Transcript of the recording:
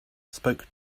spoke